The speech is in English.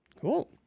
Cool